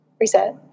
Reset